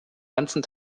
ganzen